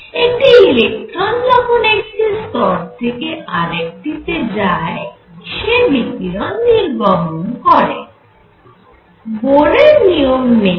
একটি ইলেকট্রন যখন একটি স্তর থেকে আরেকটি তে যায় সে বিকিরণ নির্গমন করে বোরের নিয়ম Bohr's rule মেনে